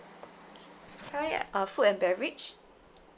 hi uh food and beverage